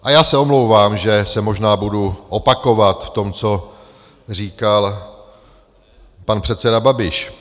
A já se omlouvám, že se možná budu opakovat v tom, co říkal pan předseda Babiš.